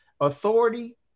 authority